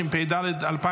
בקריאה